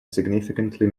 significantly